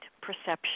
perception